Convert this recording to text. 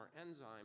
enzyme